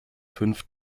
fünf